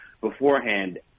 beforehand